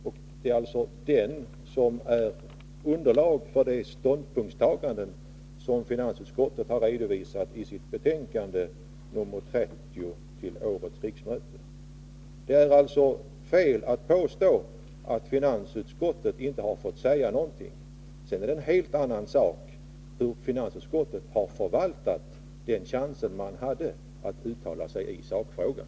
Det är alltså den som är underlag för det Det är alltså fel att påstå att finansutskottet inte har fått säga någonting i den här saken. Sedan är det en helt annan sak hur finansutskottet har förvaltat den chans man hade att uttala sig i sakfrågan.